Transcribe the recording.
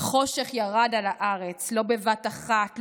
// החושך ירד על הארץ / לא בבת-אחת,